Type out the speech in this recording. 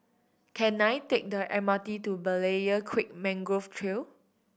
can I take the M R T to Berlayer Creek Mangrove Trail